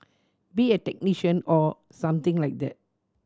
be a technician or something like that